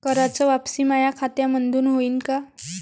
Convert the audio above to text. कराच वापसी माया खात्यामंधून होईन का?